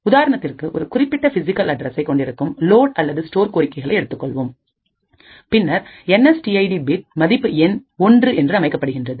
உதாரணத்திற்கு ஒரு குறிப்பிட்டபிசிகல் அட்ரஸை கொண்டிருக்கும் லோட் அல்லது ஸ்டோர் கோரிக்கைகள் எடுத்துக்கொள்வோம் பின்னர் எஸ் டி ஐடி பிட் மதிப்பு எண் ஒன்று என்று அமைக்கப்படுகின்றது